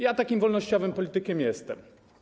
Ja takim wolnościowym politykiem jestem.